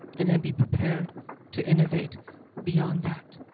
and then be prepared to innovate beyond that.